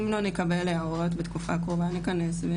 אם לא נקבל הערות בתקופה הקרובה נכנס.